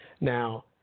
Now